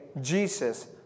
Jesus